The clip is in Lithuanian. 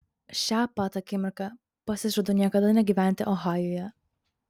šią pat akimirką pasižadu niekada negyventi ohajuje